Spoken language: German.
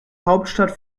hauptstadt